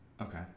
Okay